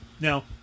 Now